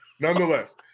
nonetheless